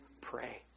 pray